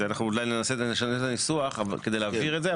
אולי נשנה את הניסוח כדי להבהיר את זה,